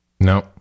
No